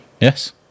Yes